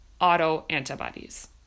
autoantibodies